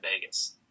Vegas